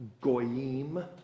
goyim